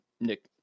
Nick